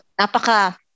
napaka